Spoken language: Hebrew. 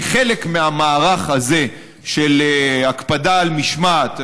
כחלק מהמערך הזה של הקפדה על משמעת,